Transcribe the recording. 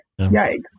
yikes